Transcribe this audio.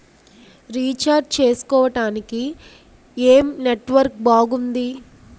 Recharge చేసుకోవటానికి ఏం network బాగుంది?